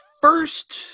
first